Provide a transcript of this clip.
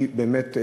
היא באמת,